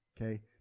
okay